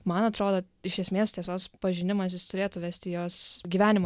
man atrodo iš esmės tiesos pažinimas jis turėtų vesti jos gyvenimą